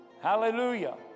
Hallelujah